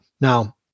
Now